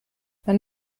man